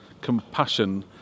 compassion